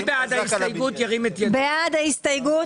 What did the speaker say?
מי בעד קבלת ההסתייגות?